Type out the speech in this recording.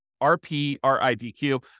R-P-R-I-D-Q